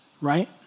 right